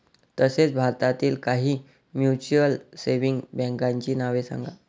तसेच भारतातील काही म्युच्युअल सेव्हिंग बँकांची नावे सांगा